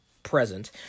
present